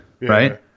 right